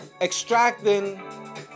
extracting